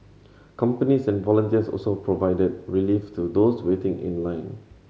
companies and volunteers also provided relief to those waiting in line